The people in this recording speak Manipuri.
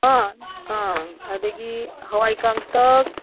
ꯑꯥ ꯑꯗꯒꯤ ꯍꯋꯥꯏ ꯀꯥꯡꯇꯛ